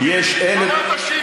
אמרת שאי-אפשר,